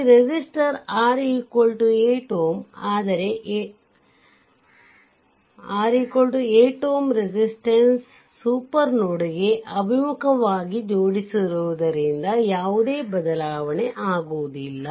ಈ ಸರ್ಕ್ಯೂಟ್ನಲ್ಲಿ 8Ω resistance super node ಗೆ ಅಭಿಮುಖ ವಾಗಿ ಜೋಡಿಸಿರುವುದರಿಂದ v1 v2 ಯಾವುದೇ ಬದಲಾವಣೆ ಆಗುವುದಿಲ್ಲ